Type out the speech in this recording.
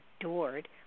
adored